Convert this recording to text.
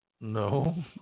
No